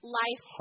life